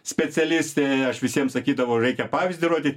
specialistė aš visiems sakydavau reikia pavyzdį rodyt